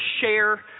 share